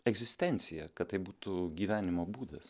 egzistencija kad tai būtų gyvenimo būdas